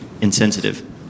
insensitive